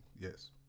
Yes